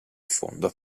fondo